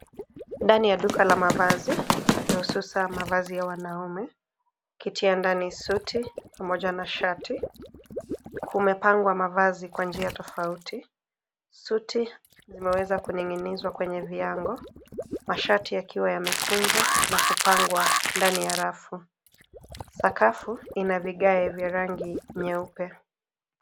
Ndani ya duka la mavazi kihususa mavazi ya wanaume. Kiti ya ndani suti pamoja na shati, kumepangwa mavazi kwa njia tofauti. Suti zimeweza kuning'inizwa kwenye viango mashati yakiwa yamekunjwa na kupangwa ndani ya rafu. Sakafu ina vigae vya rangi nyeupe.